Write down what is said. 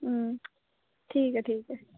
अं ठीक ऐ ठीक ऐ